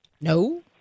no